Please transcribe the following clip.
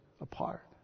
apart